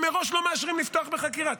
הם מראש לא מאשרים לפתוח בחקירה,